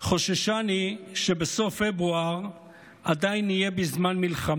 חוששני שבסוף פברואר עדיין נהיה בזמן מלחמה.